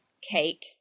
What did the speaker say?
cake